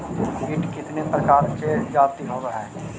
कीट कीतने प्रकार के जाती होबहय?